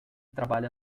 trabalha